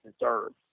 deserves